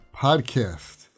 Podcast